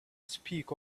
speak